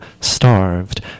starved